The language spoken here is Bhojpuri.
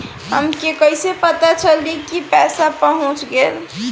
हमके कईसे पता चली कि पैसा पहुच गेल?